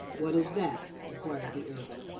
what is that? inquired the earl.